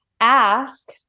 ask